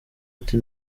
ati